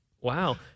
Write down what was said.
Wow